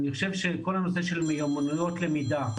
אני חושב שכל הנושא של הנושא של מיומנויות למידה,